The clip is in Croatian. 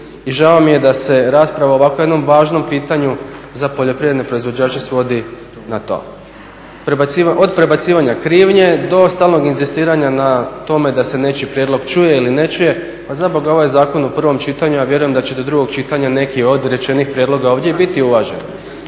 i žao mi je da se rasprava o ovako jednom važnom pitanju za poljoprivredne proizvođače svodi na to, od prebacivanja krivnje do stalnog inzistiranja na tome da se nečiji prijedlog čuje ili ne čuje. Pa za boga, ovaj je zakon u prvom čitanju. Ja vjerujem da će do drugog čitanja neki od rečenih prijedloga ovdje biti uvaženi.